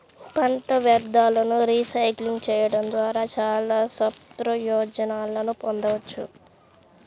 పంట వ్యర్థాలను రీసైక్లింగ్ చేయడం ద్వారా చాలా సత్ప్రయోజనాలను పొందవచ్చు